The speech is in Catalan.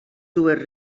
dues